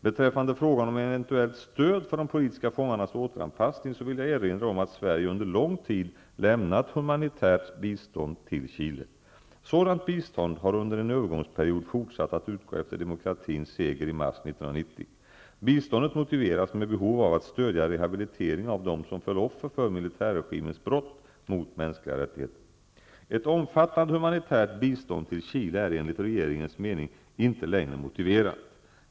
Beträffande frågan om eventuellt stöd för de politiska fångarnas återanpassning vill jag erinra om att Sverige under lång tid lämnat humanitärt bistånd till Chile. Sådant bistånd har under en övergångsperiod fortsatt att utgå efter demokratins seger i mars 1990. Biståndet motiveras med behovet av att stödja rehabilitering av dem som föll offer för militärregimens brott mot mänskliga rättigheter. Ett omfattande humanitärt bistånd till Chile är enligt regeringens mening inte längre motiverat.